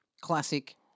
classic